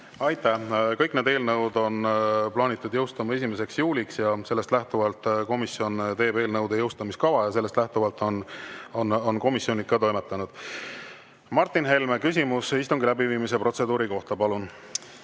Aitäh! Kõik need [seadused] on plaanitud jõustuma 1. juulil. Sellest lähtuvalt komisjon teeb eelnõude jõustamiskava ja sellest lähtuvalt on komisjonid ka toimetanud. Martin Helme, küsimus istungi läbiviimise protseduuri kohta, palun!